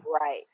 right